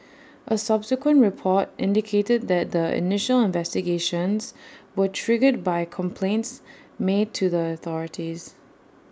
A subsequent report indicated that the initial investigations were triggered by complaints made to the authorities